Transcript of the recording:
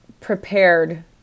prepared